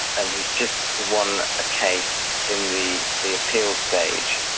and he's just won a case in the the appeals stage,